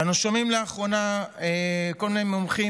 אנו שומעים לאחרונה כל מיני מומחים